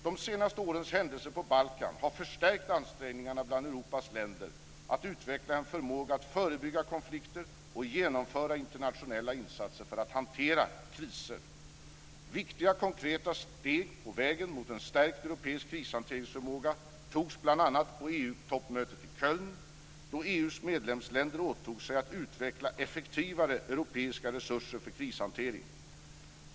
De senaste årens händelser på Balkan har förstärkt ansträngningarna bland Europas länder att utveckla en förmåga att förebygga konflikter och genomföra internationella insatser för att hantera kriser. Viktiga konkreta steg på vägen mot en stärkt europeisk krishanteringsförmåga togs bl.a. på EU-toppmötet i Köln, då EU:s medlemsländer åtog sig att utveckla effektivare europeiska resurser för krishantering.